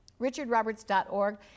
richardroberts.org